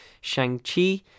Shang-Chi